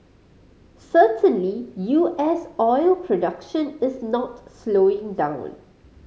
certainly U S oil production is not slowing down